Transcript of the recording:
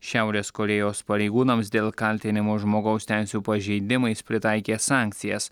šiaurės korėjos pareigūnams dėl kaltinimo žmogaus teisių pažeidimais pritaikė sankcijas